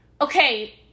Okay